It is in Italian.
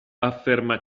afferma